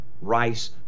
rice